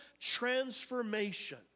transformation